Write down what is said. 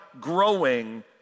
growing